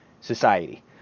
Society